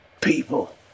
People